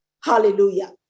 hallelujah